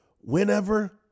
whenever